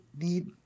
need